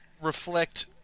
reflect